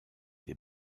des